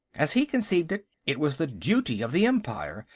as he conceived it, it was the duty of the empire,